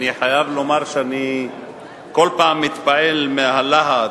אני חייב לומר שאני כל פעם מתפעל מהלהט